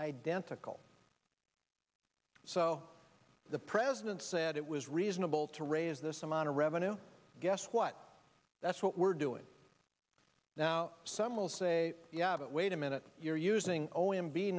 identical so the president said it was reasonable to raise this amount of revenue guess what that's what we're doing now some will say yeah but wait a minute you're using o